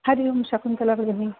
हरि ओम् शकुन्तला भगिनि